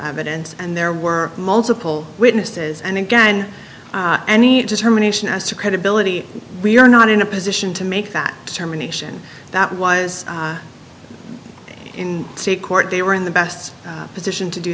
evidence and there were multiple witnesses and again any just terminations as to credibility we're not in a position to make that determination that was in state court they were in the best position to do